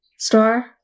Star